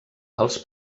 als